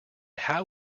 how